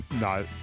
No